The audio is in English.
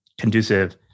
conducive